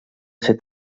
ser